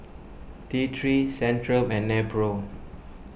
T three Centrum and Nepro